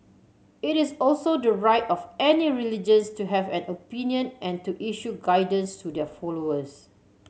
it is also the right of any religions to have an opinion and to issue guidance to their followers